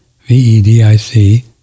V-E-D-I-C